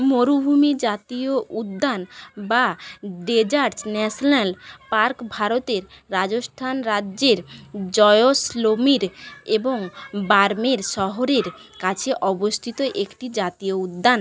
মরুভূমি জাতীয় উদ্যান বা ডেজার্টস ন্যাশনাল পার্ক ভারতের রাজস্থান রাজ্যের জয়সলমীর এবং বারমের শহরের কাছে অবস্থিত একটি জাতীয় উদ্যান